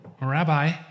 Rabbi